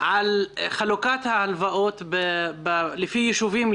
חלוקת ההלוואות לפי יישובים?